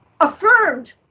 affirmed